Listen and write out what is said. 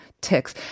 ticks